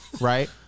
right